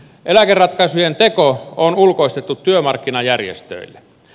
eläkeratkaisujen teko on ulkoistettu työmarkkinajärjestöille